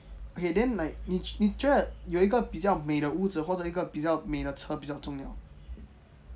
okay then like 你你觉得有一个比较美的屋子或者一个比较美的车比较重要